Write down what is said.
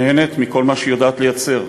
נהנית מכל מה שהיא יודעת לייצר,